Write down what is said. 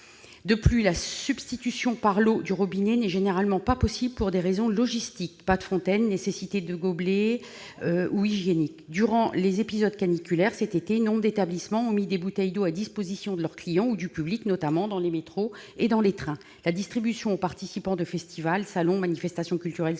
De plus, la substitution par l'eau du robinet n'est généralement pas possible pour des raisons logistiques- absence de fontaines, nécessité de gobelets ... -ou hygiéniques. Durant les épisodes caniculaires, cet été, nombre d'établissements ont mis des bouteilles d'eau à la disposition de leurs clients ou du public, notamment dans les métros et les trains. La distribution aux participants de festivals, salons, manifestations culturelles,